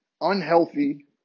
unhealthy